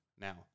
now